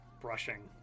brushing